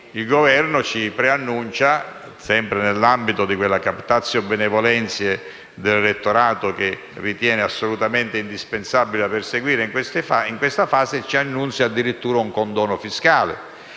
il Governo preannuncia, sempre nell'ambito di quella *captatio benevolentiae* dell'elettorato che ritiene assolutamente indispensabile da perseguire in questa fase, addirittura un condono fiscale